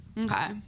Okay